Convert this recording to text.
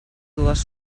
dues